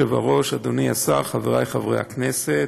אדוני היושב-ראש, אדוני השר, חבריי חברי הכנסת,